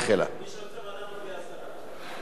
מי שרוצה ועדה, מצביע הסרה.